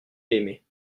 aimé